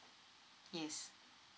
yes